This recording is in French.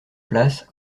place